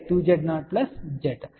Z2Z0Z